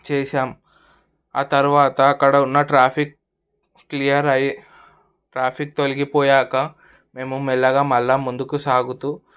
చేసాం ఆ తర్వాత అక్కడ ఉన్న ట్రాఫిక్ క్లియర్ అయ్యి ట్రాఫిక్ తొలగిపోయాక మేము మెల్లగా మల్ల ముందుకు సాగుతూ